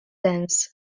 dance